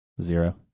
zero